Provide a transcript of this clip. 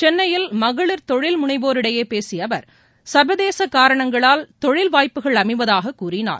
சென்னையில் மகளிர் தொழில் முனைவோர் இடையே பேசிய அவர் சர்வதேச காரணங்களால் தொழில் வாய்ப்புகள் அமைவதாகக் கூறினார்